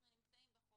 אנחנו נמצאים בחוסר.